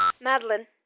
Madeline